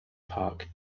park